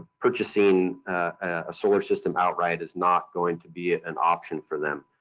purchasing a solar system outright is not going to be an option for them.